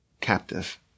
captive